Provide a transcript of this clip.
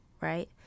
right